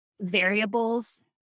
variables